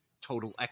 total